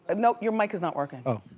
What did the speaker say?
and no, your mic is not working. oh.